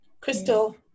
Crystal